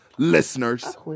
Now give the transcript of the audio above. listeners